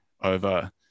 over